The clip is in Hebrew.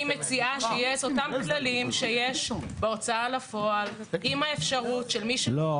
אני מציעה שיהיו אותם כללים שיש בהוצאה לפועל עם האפשרות --- לא.